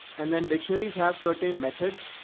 and then dictionaries have certain methods.